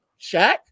Shaq